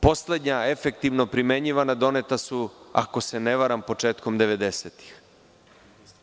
Poslednja efektivno primenjivana doneta su, ako se ne varam, početkom devedesetih.